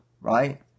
right